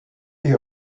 est